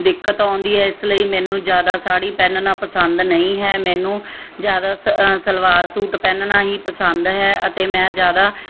ਦਿੱਕਤ ਆਉਂਦੀ ਹੈ ਇਸ ਲਈ ਮੈਨੂੰ ਜਿਆਦਾ ਸਾੜੀ ਪਹਿਨਣਾ ਪਸੰਦ ਨਹੀਂ ਹੈ ਮੈਨੂੰ ਜਿਆਦਾ ਸਲਵਾਰ ਸੂਟ ਪਹਿਨਣਾ ਹੀ ਪਸੰਦ ਹੈ ਅਤੇ ਮੈਂ ਜਿਆਦਾ